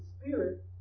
spirit